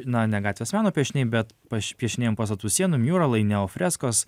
na ne gatvės meno piešiniai bet paž piešiniai ant pastatų sienų miuralai neofreskos